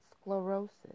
sclerosis